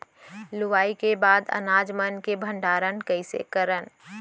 लुवाई के बाद अनाज मन के भंडारण कईसे करन?